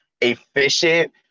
efficient